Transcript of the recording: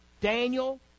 Daniel